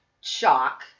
shock